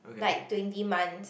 like twenty months